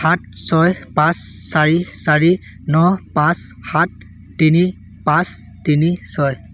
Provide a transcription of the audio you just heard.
সাত ছয় পাঁচ চাৰি চাৰি ন পাঁচ সাত তিনি পাঁচ তিনি ছয়